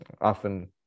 often